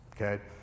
okay